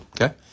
Okay